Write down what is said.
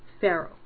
Pharaoh